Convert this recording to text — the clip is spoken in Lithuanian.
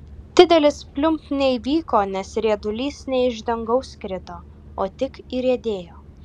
didelis pliumpt neįvyko nes riedulys ne iš dangaus krito o tik įriedėjo